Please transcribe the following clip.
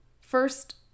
First